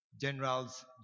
general's